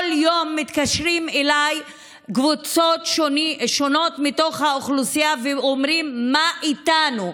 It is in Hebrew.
כל יום מתקשרים אליי מקבוצות שונות מתוך האוכלוסייה ואומרים: מה איתנו?